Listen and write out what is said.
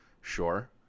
sure